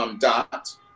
dot